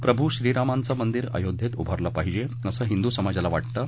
प्रभू श्रीरामांचं मंदीर आयोध्येत उभारले पाहिजे असं हिंदू समाजाला वाटतं